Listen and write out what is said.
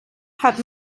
hat